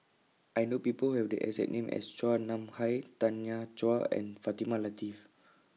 I know People Who Have The exact name as Chua Nam Hai Tanya Chua and Fatimah Lateef